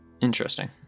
Interesting